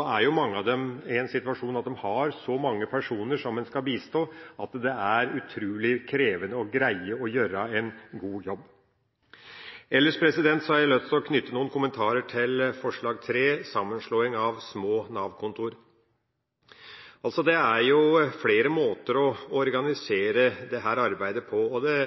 og mange av dem er i den situasjonen at de har så mange personer som de skal bistå, at det er utrolig krevende å greie å gjøre en god jobb. Ellers har jeg lyst til å knytte noen kommentarer til forslag nr. 5, om sammenslåing av små Nav-kontor. Det er flere måter å organisere dette arbeidet på, og det